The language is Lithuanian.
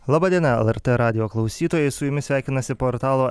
laba diena lrt radijo klausytojai su jumis sveikinasi portalo